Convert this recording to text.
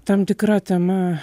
tam tikra tema